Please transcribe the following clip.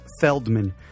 Feldman